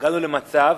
הגענו למצב